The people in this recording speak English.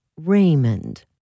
Raymond